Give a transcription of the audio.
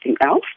else